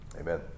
Amen